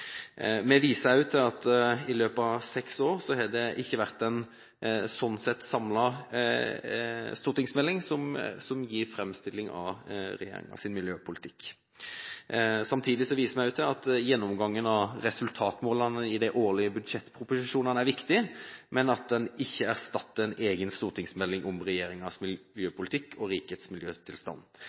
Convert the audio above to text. Vi viser også til at det i løpet av seks år ikke har vært en samlet stortingsmelding som har gitt en framstilling av regjeringens miljøpolitikk. Samtidig viser vi til at gjennomgangen av resultatmålene i de årlige budsjettproposisjonene er viktig, men at den ikke erstatter en egen stortingsmelding om regjeringens miljøpolitikk og rikets miljøtilstand,